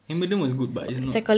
Handmaiden was good but it's not